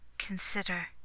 Consider